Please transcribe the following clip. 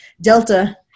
Delta